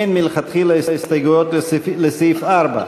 אין מלכתחילה הסתייגויות לסעיף 4,